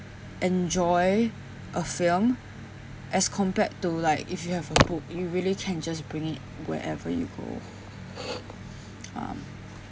enjoy a film as compared to like if you have a book you really can just bring it wherever you go um